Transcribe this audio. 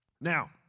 Now